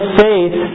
faith